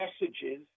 messages